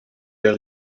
der